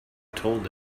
told